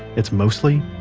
it's mostly,